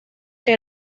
que